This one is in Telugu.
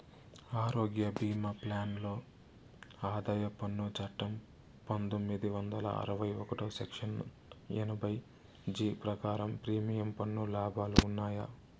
ఆరోగ్య భీమా ప్లాన్ లో ఆదాయ పన్ను చట్టం పందొమ్మిది వందల అరవై ఒకటి సెక్షన్ ఎనభై జీ ప్రకారం ప్రీమియం పన్ను లాభాలు ఉన్నాయా?